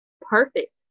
perfect